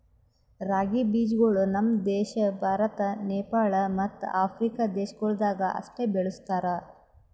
ರಾಗಿ ಬೀಜಗೊಳ್ ನಮ್ ದೇಶ ಭಾರತ, ನೇಪಾಳ ಮತ್ತ ಆಫ್ರಿಕಾ ದೇಶಗೊಳ್ದಾಗ್ ಅಷ್ಟೆ ಬೆಳುಸ್ತಾರ್